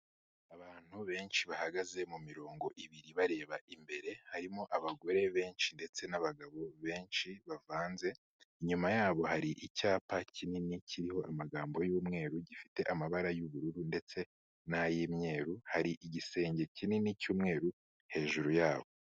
Abantu benshi bahagaze mu mirongo ibiri bareba imbere, harimo abagore benshi ndetse n'abagabo benshi bavanze, inyuma yabo hari icyapa kinini kiriho amagambo y'umweru, gifite amabara y'ubururu ndetse n'ay'imyeru, hari igisenge kinini cy'umweru hejuru yabo.